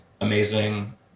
amazing